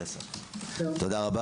תודה רבה.